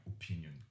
opinion